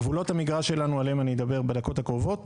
גבולות המגרש שלנו, עליהם אדבר בדקות הקרובות